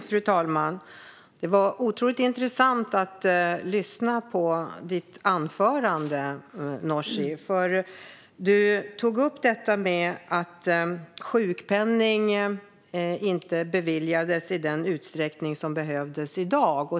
Fru talman! Det var otroligt intressant att lyssna på ditt anförande, Nooshi. Du tog upp detta med att sjukpenning inte beviljades i den utsträckning som behövs i dag.